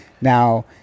now